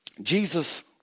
Jesus